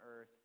earth